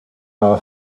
our